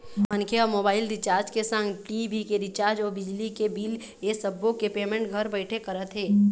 मनखे ह mobile recharge के संग टी.भी के रिचार्ज अउ बिजली के बिल ऐ सब्बो के पेमेंट घर बइठे करत हे